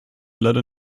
leider